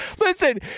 Listen